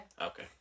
Okay